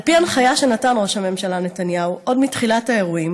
על פי הנחיה שנתן ראש הממשלה נתניהו עוד בתחילת האירועים